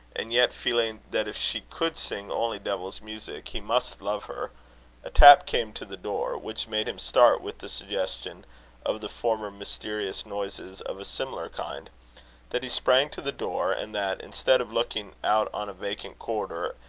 and yet feeling that if she could sing only devil's music, he must love her a tap came to the door which made him start with the suggestion of the former mysterious noises of a similar kind that he sprang to the door and that, instead of looking out on a vacant corridor,